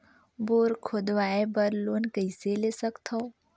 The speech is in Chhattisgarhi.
बोर खोदवाय बर लोन कइसे ले सकथव?